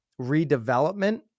redevelopment